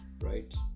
right